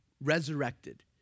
resurrected